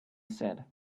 said